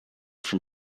from